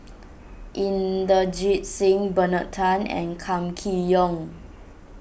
Inderjit Singh Bernard Tan and Kam Kee Yong